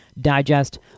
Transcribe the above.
Digest